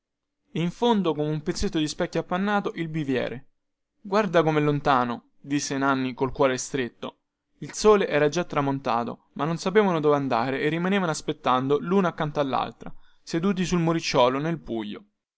e in fondo come un pezzetto di specchio appannato il biviere guarda comè lontano disse nanni col cuore stretto il sole era già tramontato ma non sapevano dove andare e rimanevano aspettando luno accanto allaltra seduti sul muricciolo nel buio